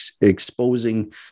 exposing